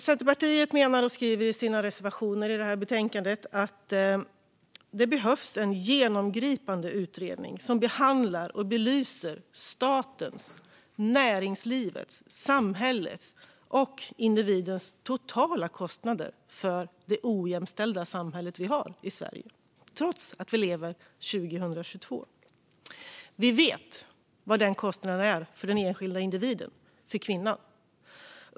Centerpartiet skriver i sina reservationer i detta betänkande att det behövs en genomgripande utredning som behandlar och belyser statens, näringslivets, samhällets och individens totala kostnader för det ojämställda samhälle vi har i Sverige trots att det är 2022. Vi vet vad denna kostnad är för den enskilda individen - för kvinnan.